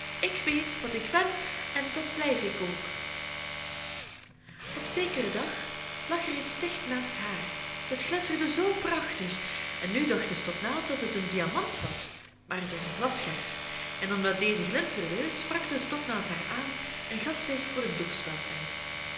ik weet wat ik ben en dat blijf ik ook op zekeren dag lag er iets dicht naast haar dat glinsterde zoo prachtig en nu dacht de stopnaald dat het een diamant was maar het was een glasscherf en omdat deze glinsterde sprak de stopnaald haar aan en gaf zich voor een doekspeld uit